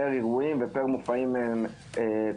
פר אירועים ופר מופעים מיוחדים,